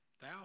Thou